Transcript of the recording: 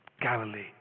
Galilee